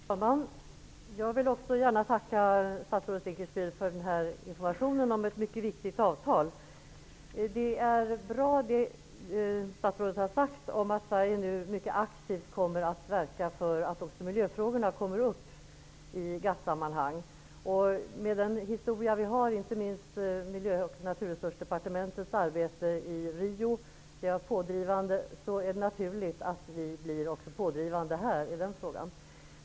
Fru talman! Jag vill också gärna tacka statsrådet Dinkelspiel för den här informationen om ett mycket viktigt avtal. Det statsrådet har sagt om att Sverige nu mycket aktivt skall verka för att även miljöfrågorna tas upp i GATT sammanhang är bra. Mot bakgrund av inte minst Rio där vi var pådrivande är det naturligt att vi även blir pådrivande i den här frågan.